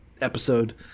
episode